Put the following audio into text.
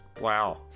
Wow